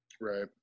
Right